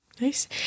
Nice